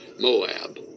Moab